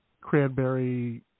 cranberry